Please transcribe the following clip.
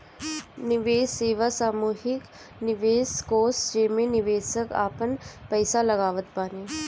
निवेश सेवा सामूहिक निवेश कोष जेमे निवेशक आपन पईसा लगावत बाने